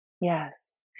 yes